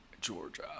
Georgia